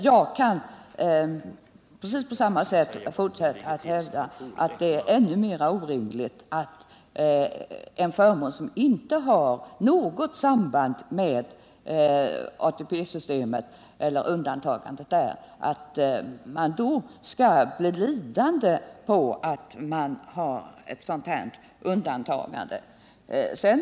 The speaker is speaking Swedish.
På precis samma sätt kan jag fortsätta att hävda att det är ännu mer orimligt att någon skall bli lidande i fråga om en förmån som inte har något samband med ATP-systemet eller undantagandet från detta.